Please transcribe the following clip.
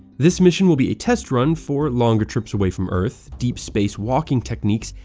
this mission will be a test run for longer trips away from earth, deep space walking techniques,